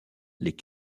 les